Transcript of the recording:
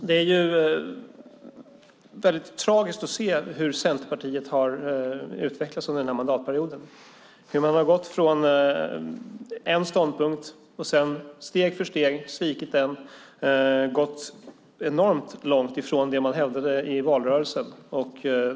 Det är tragiskt att se hur Centerpartiet har utvecklats under mandatperioden, hur man har haft en ståndpunkt och sedan steg för steg svikit den, och gått långt ifrån det man hävdade i valrörelsen.